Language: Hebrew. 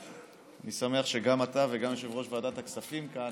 אני שמח שגם אתה וגם יושב-ראש ועדת הכספים כאן,